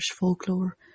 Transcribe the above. folklore